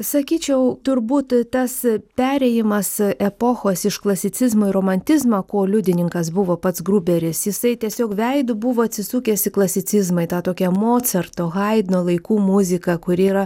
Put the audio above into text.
sakyčiau turbūt tas perėjimas epochos iš klasicizmo į romantizmą ko liudininkas buvo pats gruberis jisai tiesiog veidu buvo atsisukęs į klasicizmą į tą tokią mocarto haidno laikų muziką kuri yra